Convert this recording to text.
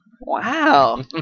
Wow